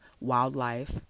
wildlife